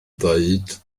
ddweud